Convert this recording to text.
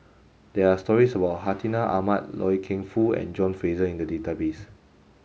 there are stories about Hartinah Ahmad Loy Keng Foo and John Fraser in the database